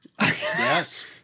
Yes